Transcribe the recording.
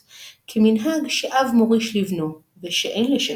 הגם שיש קולות מעטים הקוראים היום להחזרת